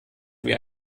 wie